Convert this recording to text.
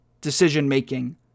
decision-making